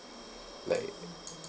like